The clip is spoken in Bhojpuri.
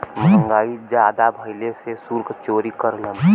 महंगाई जादा भइले से सुल्क चोरी करेलन